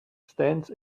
stands